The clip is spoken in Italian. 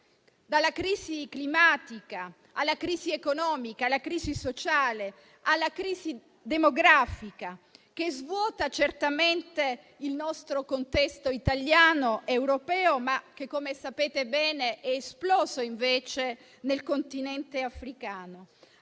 dalla crisi climatica alla crisi economica, dalla crisi sociale alla crisi demografica che svuota certamente il nostro contesto italiano ed europeo, ma - come sapete bene - questo problema è esploso nel continente africano.